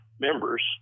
members